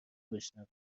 بشنوه